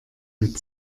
mit